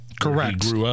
Correct